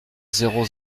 zéro